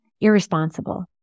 irresponsible